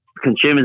consumers